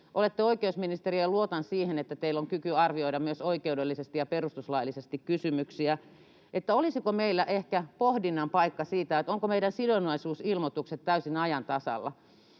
Olette oikeusministeri, ja luotan siihen, että teillä on kyky arvioida myös oikeudellisesti ja perustuslaillisesti kysymyksiä. Olisiko meillä ehkä pohdinnan paikka siitä, ovatko meidän sidonnaisuusilmoitukset täysin ajan tasalla.